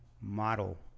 model